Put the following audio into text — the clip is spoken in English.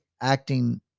acting